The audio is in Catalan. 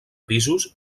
pisos